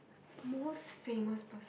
most famous person